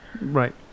right